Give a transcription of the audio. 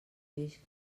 peix